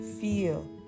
feel